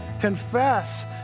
confess